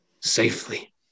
Safely